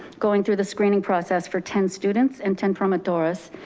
going through the screening process for ten students and ten promotoras,